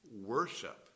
worship